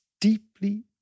deeply